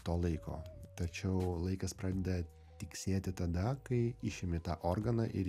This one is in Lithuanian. to laiko tačiau laikas pradeda tiksėti tada kai išimi tą organą ir